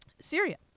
Syria